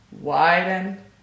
Widen